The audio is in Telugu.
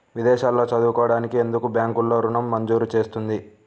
విదేశాల్లో చదువుకోవడానికి ఎందుకు బ్యాంక్లలో ఋణం మంజూరు చేస్తుంది?